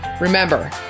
Remember